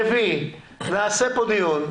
רביעי, נעשה פה דיון.